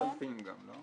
והספים.